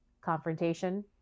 confrontation